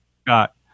Scott